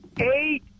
eight